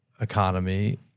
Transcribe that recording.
economy